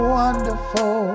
wonderful